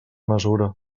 mesura